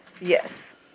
Yes